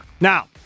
Now